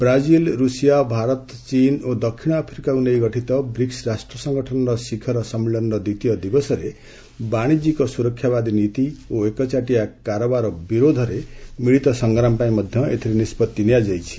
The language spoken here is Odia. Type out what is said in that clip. ବ୍ରାଜିଲ୍ ରୁଷିଆ ଭାରତ ଚୀନ୍ ଏବଂ ଦକ୍ଷିଣ ଆଫ୍ରିକାକୁ ନେଇ ଗଠିତ ବ୍ରିକୁ ରାଷ୍ଟ୍ର ସଂଗଠନର ଶିଖର ସମ୍ମିଳନୀର ଦ୍ୱିତୀୟ ଦିବସରେ ବାଣିଜ୍ୟିକ ସୁରକ୍ଷାବାଦୀ ନୀତି ଓ ଏକଚାଟିଆ କାରବାର ବିରୋଧରେ ମିଳିତ ସଂଗ୍ରାମ ପାଇଁ ମଧ୍ୟ ଏଥିରେ ନିଷ୍ପଭି ନିଆଯାଇଛି